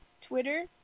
Twitter